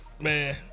Man